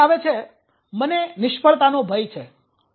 પછી આવે છે - 'મને નિષ્ફળતાનો ભય છે'